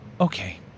Okay